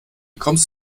kommst